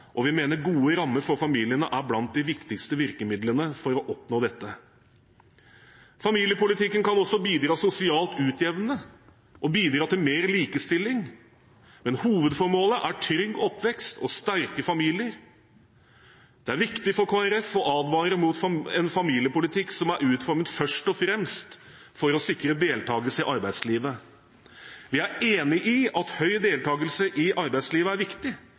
og vi mener gode rammer for familiene er blant de viktigste virkemidlene for å oppnå dette. Familiepolitikken kan også bidra sosialt utjevnende og bidra til mer likestilling. Men hovedformålet er trygg oppvekst og sterke familier. Det er viktig for Kristelig Folkeparti å advare mot en familiepolitikk som er utformet først og fremst for å sikre deltagelse i arbeidslivet. Vi er enig i at høy deltagelse i arbeidslivet er viktig,